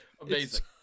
Amazing